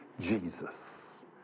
Jesus